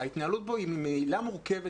ההתנהלות בו היא ממילא מורכבת,